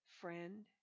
Friend